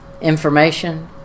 information